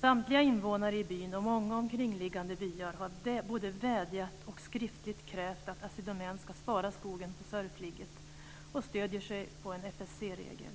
Samtliga invånare i byn och många omkringliggande byar har vädjat och skriftligt krävt att Assi Domän ska spara skogen på Sörfligget. De stöder sig på en FSC-regel.